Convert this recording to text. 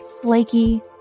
Flaky